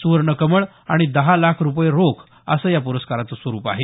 सुवर्ण कमळ आणि दहा लाख रुपये रोख असं या पुरस्काराचे स्वरूप आहे